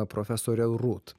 profesorė rūt